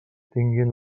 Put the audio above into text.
tinguin